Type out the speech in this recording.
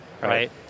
right